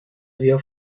vio